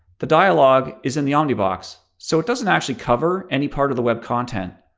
the dialog is in the omnibox, so it doesn't actually cover any part of the web content.